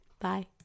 Bye